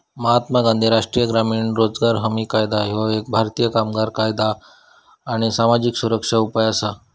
महात्मा गांधी राष्ट्रीय ग्रामीण रोजगार हमी कायदा ह्यो एक भारतीय कामगार कायदा आणि सामाजिक सुरक्षा उपाय असा